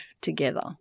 together